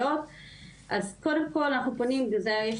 אמרו לו: אוקיי, אתה רוצה לקבל את ההחזר, אתה צריך